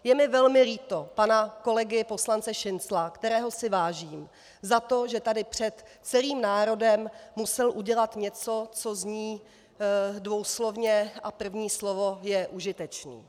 Je mi velmi líto pana kolegy poslance Šincla, kterého si vážím, za to, že tady před celým národem musel udělat něco, co zní dvouslovně a první slovo je užitečný.